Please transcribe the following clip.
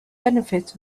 benefit